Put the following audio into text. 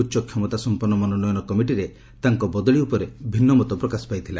ଉଚ୍ଚ କ୍ଷମତା ସମ୍ପନ୍ନ ମନୋନୟନ କମିଟିରେ ତାଙ୍କ ବଦଳି ଉପରେ ଭିନ୍ନ ମତ ପ୍ରକାଶ ପାଇଥିଲା